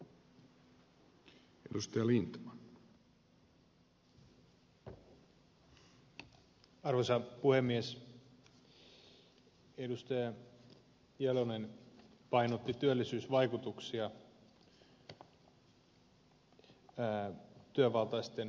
edustaja jalonen painotti työllisyysvaikutuksia työvaltaisten alojen alv helpotuksen perusteena